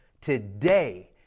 Today